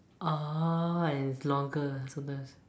ah is longer so there's